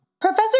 Professor